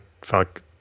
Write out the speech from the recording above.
fuck